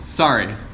Sorry